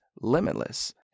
limitless